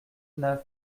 neuf